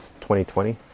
2020